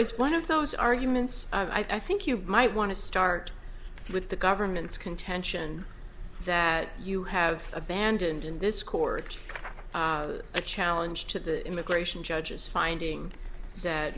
it's one of those arguments i think you might want to start with the government's contention that you have abandoned in this court a challenge to the immigration judges finding that